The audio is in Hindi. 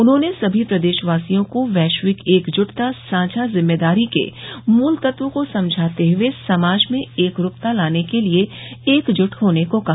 उन्होंने सभी प्रदेशवासियों को वैश्विक एकजुटता साझा जिम्मेदारी के मूल तत्व को समझते हुए समाज में एकरूपता लाने के लिये एकजुट होने को कहा